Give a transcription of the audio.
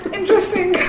Interesting